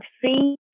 free